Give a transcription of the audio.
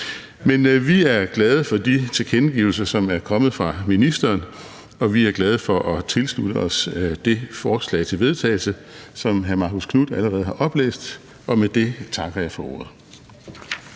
Men vi er glade for de tilkendegivelser, som er kommet fra ministeren, og vi er glade for at tilslutte os det forslag til vedtagelse, som hr. Marcus Knuth allerede har oplæst, og med det takker jeg for ordet.